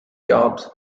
jobs